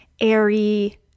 airy